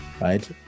Right